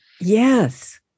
Yes